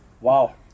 Wow